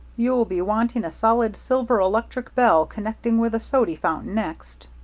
you'll be wanting a solid silver electric bell connecting with the sody fountain next.